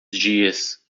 dias